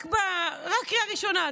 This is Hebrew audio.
רק קריאה ראשונה.